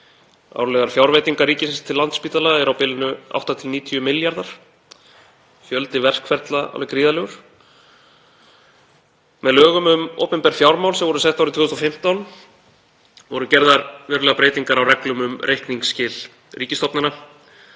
Árlegar fjárveitingar ríkisins til Landspítala er á bilinu 80–90 milljarðar. Fjöldi verkferla alveg gríðarlegur. Með lögum um opinber fjármál, sem voru sett árið 2015, voru gerðar verulegar breytingar á reglum um reikningsskil ríkisstofnana